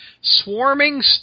Swarming